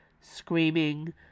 screaming